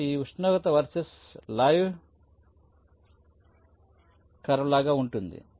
కాబట్టి ఇది ఈ ఉష్ణోగ్రత వర్సెస్ టైమ్ కర్వ్ లాగా ఉంటుంది